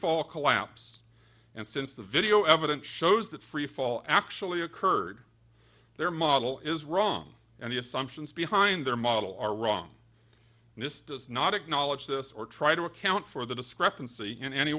freefall collapse and since the video evidence shows that freefall actually occurred their model is wrong and the assumptions behind their model are wrong and this does not acknowledge this or try to account for the discrepancy in any